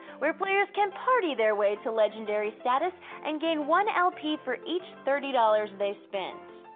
where players can party their way to legendary status and gain one lp for each thirty dollars they spend.